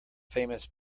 famous